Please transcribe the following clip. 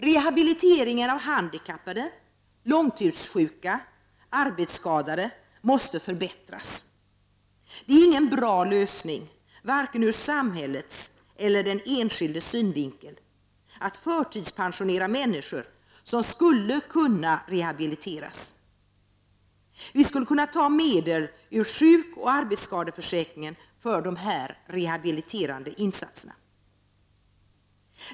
Rehabiliteringen av handikappade, långtidssjuka och arbetsskadade måste förbättras. Det är ingen bra lösning, vare sig ur samhällets eller den enskildes synvinkel, att förtidspensionera människor som skulle kunna rehabiliteras. Vi skulle kunna ta medel ur sjukoch arbetsskadeförsäkringen för de här rehabiliterande insatserna.